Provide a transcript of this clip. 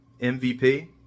MVP